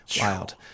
wild